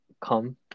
come